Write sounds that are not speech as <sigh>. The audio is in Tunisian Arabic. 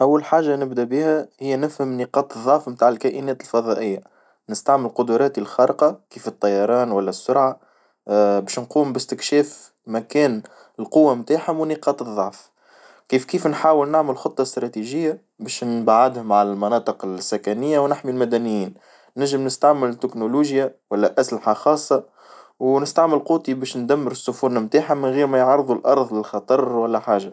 أول حاجة نبدأ بها هي نفهم نقاط الظعف نتاع الكائنات الفظائية، نستعمل قدراتي الخارقة كيف الطيران ولا السرعة <hesitation> باش نقوم باستكشاف مكان القوة متاحهم ونقاط الضعف، كيف كيف نحاول نعمل خطة استراتيجية باش نبعدهم على المناطق السكنية ونحمي المدنيين نجم نستعمل التكنولوجيا والا أسلحة خاصة ونستعمل قوتي بش ندمر السفن المتاحة من غير ما يعرظوا الأرض للخطر ولا حاجة.